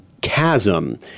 chasm